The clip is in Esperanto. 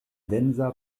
densa